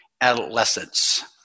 adolescents